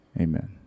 Amen